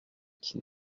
qui